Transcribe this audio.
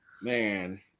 man